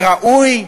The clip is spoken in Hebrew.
וזה ראוי,